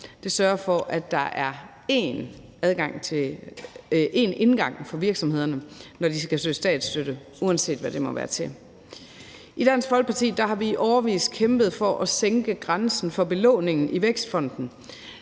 her sørger for, at der er én indgang for virksomhederne, når de skal søge statsstøtte, uanset hvad det må være til. I Dansk Folkeparti har vi i årevis kæmpet for at sænke grænsen for belåning i Vækstfonden,